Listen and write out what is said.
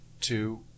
two